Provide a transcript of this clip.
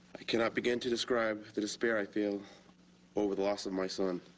i cannot begin to describe the despair i feel over the loss of my son.